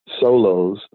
solos